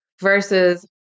versus